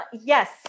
Yes